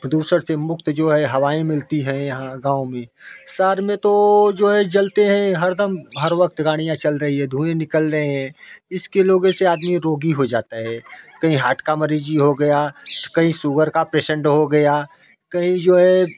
प्रदूषण से मुक्त जो है हवाएँ मिलती है यहाँ गाँव में शहर में तो जो है जलते हैं हरदम हर गाड़ियाँ चल रही है धुएं निकल रहे हैं इसके लोगों से आदमी रोगी हो जाता है कहीं हार्ट का मरीज ही हो गया तो कहीं शुगर का पेसेंट हो गया कहीं जो है